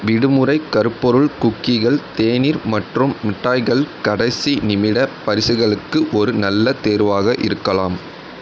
விடுமுறை கருப்பொருள் குக்கீகள் தேநீர் மற்றும் மிட்டாய்கள் கடைசி நிமிட பரிசுகளுக்கு ஒரு நல்ல தேர்வாக இருக்கலாம்